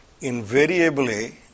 invariably